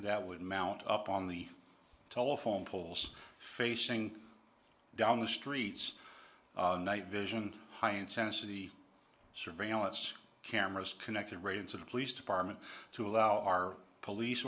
that would mount up on the telephone poles facing down the streets night vision high intensity surveillance cameras connected right into the police department to allow our police